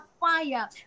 fire